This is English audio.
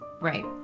right